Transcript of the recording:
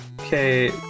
Okay